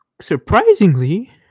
surprisingly